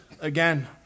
again